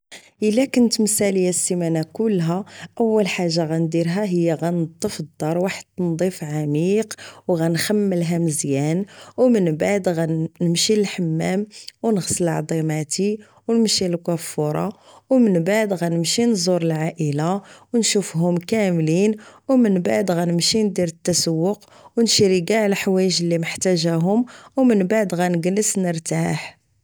الا كنت مسالية السيمانة كلها اول حاجة غنديرها هي غنضف الدار واحد التنضيف عميق و غنخملها مزيان و من بعد غنمشي لحمام و نغسل عضيماتي و نمشي لكوافورة و من بعد غنمشي نزور العائلة و نشوفهوم كاملين و من بعد غنمشي ندير التسوق و نشري كاع الحوايج اللي محتاجاهم و من بعد نكلس نرتاح